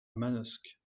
manosque